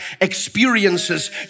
experiences